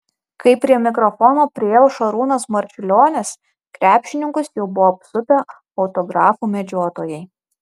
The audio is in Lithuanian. kai prie mikrofono priėjo šarūnas marčiulionis krepšininkus jau buvo apsupę autografų medžiotojai